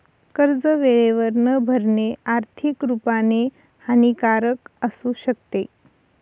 कर्ज वेळेवर न भरणे, आर्थिक रुपाने हानिकारक असू शकते